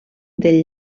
del